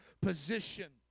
position